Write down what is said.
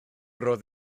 roedd